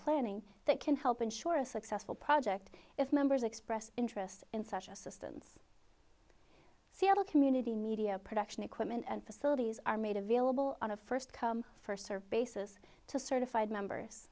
planning that can help ensure a successful project if members expressed interest in such assistance seattle community media production equipment and facilities are made available on a first come first serve basis to certified members